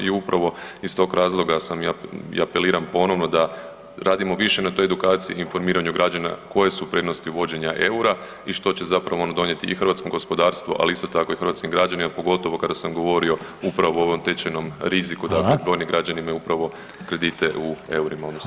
I upravo iz tog razloga sam ja i apeliram ponovno da radimo više na toj edukaciji informiranju građana koje su prednosti uvođenja eura i što će zapravo on donijeti i hrvatskom gospodarstvu, ali isto tako i hrvatskim građanima pogotovo kada sam govorio upravo o ovom tečajnom riziku dakle brojni građani imaju upravo kredite u eurima odnosno